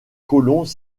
colons